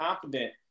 confident